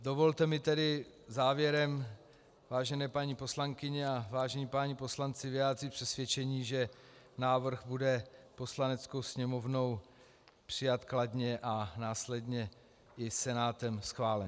Dovolte mi tedy závěrem, vážené paní poslankyně a vážení páni poslanci, vyjádřit přesvědčení, že návrh bude Poslaneckou sněmovnou přijat kladně a následně i Senátem schválen.